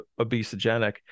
obesogenic